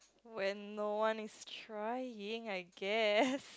when no one is trying I guess